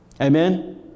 Amen